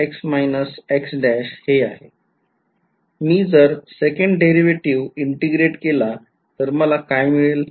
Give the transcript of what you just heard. मी जर second derivative integrate केला तर मला काय मिळेल